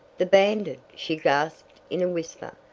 the bandit! she gasped in a whisper.